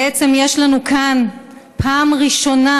גזלת הרכוש, בעצם יש לנו כאן פעם ראשונה,